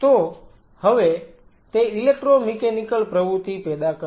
Refer Time 0828 તો હવે તે ઈલેક્ટ્રોમિકેનિકલ પ્રવૃત્તિ પેદા કરશે